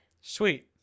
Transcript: sweet